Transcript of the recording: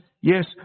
yes